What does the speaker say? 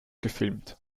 gefilmt